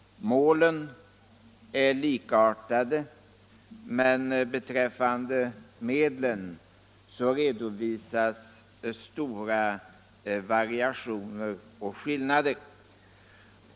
Målen är likartade, men beträffande medlen redovisas stora variationer och skillnader.